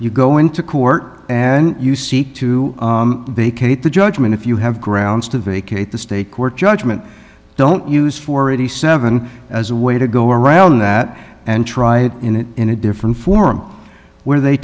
you go into court and you seek to vacate the judgment if you have grounds to vacate the state court judgment don't use for eighty seven as a way to go around that and try it in a different form where they